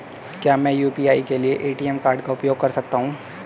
क्या मैं यू.पी.आई के लिए ए.टी.एम कार्ड का उपयोग कर सकता हूँ?